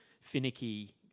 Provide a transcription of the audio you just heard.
finicky